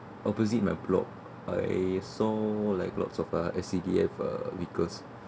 opposite my block I saw like lots of S_C_D_F uh because